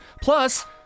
Plus